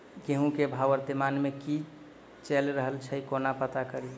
गेंहूँ केँ भाव वर्तमान मे की चैल रहल छै कोना पत्ता कड़ी?